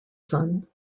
son